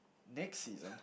next season